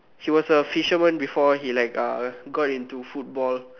he was a fisherman before he like uh got into football